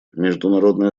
международное